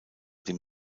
dem